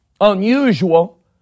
unusual